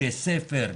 בתי ספר,